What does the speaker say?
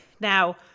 Now